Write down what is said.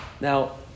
Now